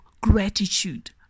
gratitude